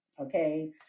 Okay